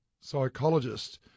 psychologist